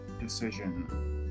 decision